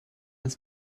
his